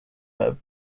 have